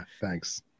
Thanks